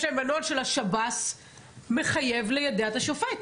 יש להם נוהל של שירות בתי הסוהר שמחייב ליידע את השופט.